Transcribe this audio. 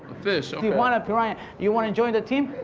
fish, ok. tijuana piranhas. you want to join the team?